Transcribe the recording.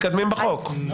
אז בואו נתקדם עם הוראת השעה.